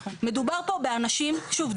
שוב,